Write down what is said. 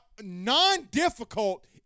non-difficult